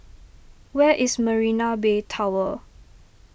where is Marina Bay Tower